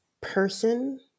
person